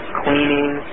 cleaning